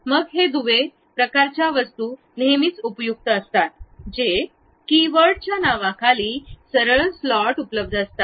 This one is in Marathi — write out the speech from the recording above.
मग हे दुवे प्रकारच्या वस्तू नेहमीच उपयुक्त असतात जे कीवर्डच्या नावाखाली सरळ स्लॉट उपलब्ध असतात